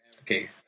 Okay